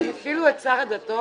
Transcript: הם הפעילו את שר הדתות?